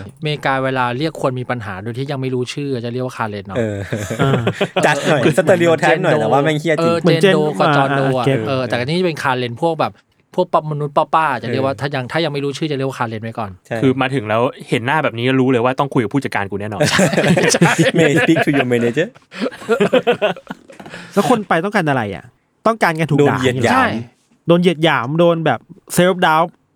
เออ เมกาเวลาเรียกคนมีปัญหาโดยที่ยังไม่รู้ชื่อจะเรียกว่า Karen เนาะ?เอออ่าจัดหน่อย คือ stereotype หน่อยนะ ว่าแม่งเหี้ยจริงเออ Jane Doe ก็ John Doe อะเออเออ แต่อันนี้เป็น Karen พวกแบบ พวกปะ- มนุษย์ป้าๆ จะเรียกว่าเออถ้ายัง- ถ้ายังไม่รู้ชื่อจะเรียกว่า Karen ไว้ก่อนใช่คือมาถึงแล้วเห็นหน้าแบบนี้ก็รู้เลยว่าต้องคุยกับผู้จัดการกูแน่นอน ใช่Speak- speak to your manager แล้วคนไปต้องการอะไรอะ? ต้องการการถูกด่า?โดนเหยียดหยามใช่โดนเหยียดหยาม โดนแบบ self doubt